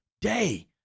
day